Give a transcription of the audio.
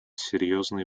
серьезные